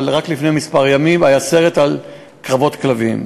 אבל רק לפני כמה ימים היה סרט על קרבות כלבים.